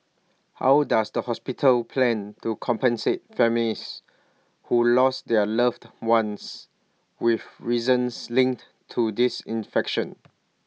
how does the hospital plan to compensate families who lost their loved ones with reasons linked to this infection